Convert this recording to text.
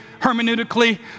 hermeneutically